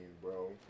bro